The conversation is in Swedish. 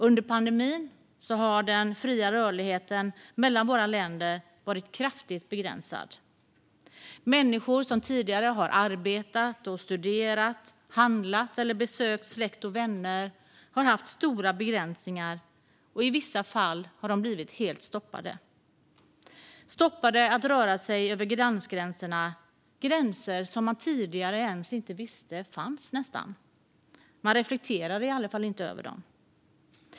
Under pandemin har den fria rörligheten mellan våra länder varit kraftigt begränsad. Människor som tidigare har arbetat, studerat, handlat eller besökt släkt och vänner har haft stora begränsningar, och i vissa fall har de blivit helt stoppade från att röra sig över landsgränserna, gränser som man tidigare knappt visste att de fanns. Man reflekterade i alla fall inte över dem.